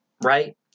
right